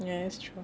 ya it's true